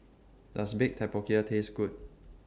Does Baked Tapioca Taste Good